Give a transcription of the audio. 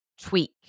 tweak